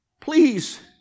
Please